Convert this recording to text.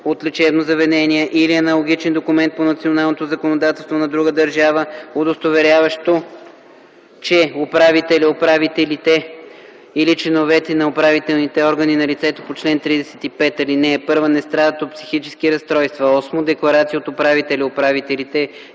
от лечебно заведение или аналогичен документ по националното законодателство на друга държава, удостоверяващо, че управителя/управителите или членовете на управителните органи на лицето по чл. 35, ал. 1 не страдат от психически разстройства; 8. декларация от управителя/управителите